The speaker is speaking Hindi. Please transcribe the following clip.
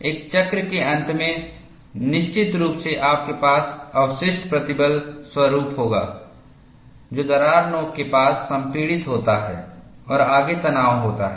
एक चक्र के अंत में निश्चित रूप से आपके पास अवशिष्ट प्रतिबल स्वरूप होगा जो दरार नोक के पास संपीड़ित होता है और आगे तनाव होता है